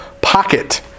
pocket